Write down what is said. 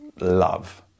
love